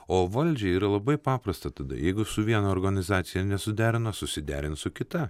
o valdžiai yra labai paprasta tada jeigu su viena organizacija nesuderino susiderins su kita